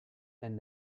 and